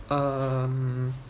um